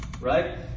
Right